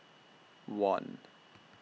one